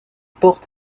porte